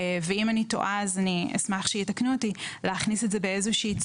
ואם אני טועה אני אשמח שיתקנו אותי לחוק